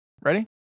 Ready